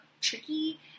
tricky